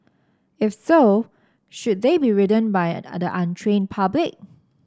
if so should they be ridden by the untrained public